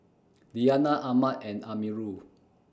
Diyana Ahmad and Amirul